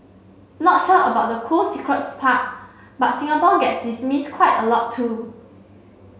not sure about the cool secrets part but Singapore gets dismissed quite a lot too